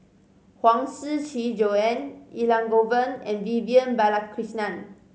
Huang Shiqi Joan Elangovan and Vivian Balakrishnan